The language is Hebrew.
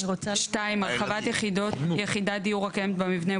(2)הרחבת יחידת דיור הקיימת במבנה,